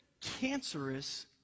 cancerous